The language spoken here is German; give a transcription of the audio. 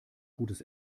gutes